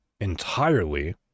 entirely